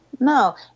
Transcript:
No